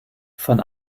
von